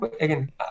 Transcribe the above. again